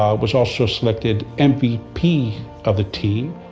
um was also selected and mvp of the team.